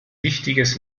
wichtiges